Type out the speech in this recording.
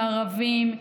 ערבים,